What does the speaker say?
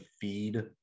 feed